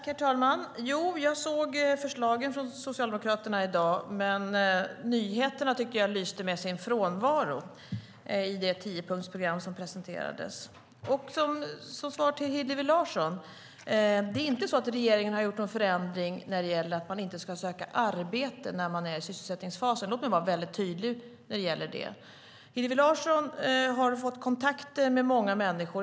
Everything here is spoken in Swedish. Herr talman! Jag såg förslagen från Socialdemokraterna i dag, men jag tyckte att nyheterna lyste med sin frånvaro i det tiopunktsprogram som presenterades. Som svar till Hillevi Larsson vill jag säga att det inte är så att regeringen har gjort någon förändring när det gäller att man inte ska söka arbete när man är i sysselsättningsfasen. Låt mig vara väldigt tydlig när det gäller det. Hillevi Larsson har fått kontakt med många människor.